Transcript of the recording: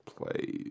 play